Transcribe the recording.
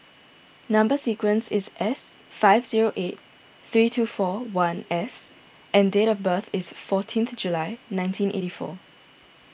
Number Sequence is S five zero eight three two four one S and date of birth is fourteenth July nineteen eighty four